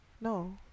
No